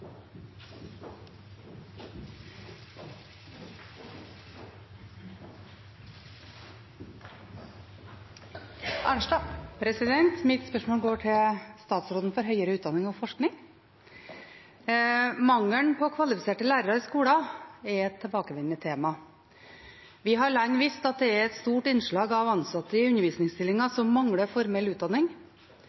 Mitt spørsmål går til statsråden for høyere utdanning og forskning. Mangelen på kvalifiserte lærere i skolen er et tilbakevendende tema. Vi har lenge visst at det er et stort innslag av ansatte i undervisningsstillinger som mangler formell utdanning.